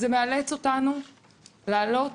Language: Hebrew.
נאלץ לעלות